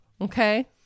Okay